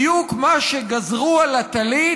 בדיוק מה שגזרו על הטלית,